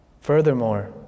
Furthermore